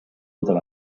other